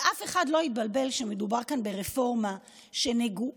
שאף אחד לא יתבלבל, מדובר כאן ברפורמה שנגועה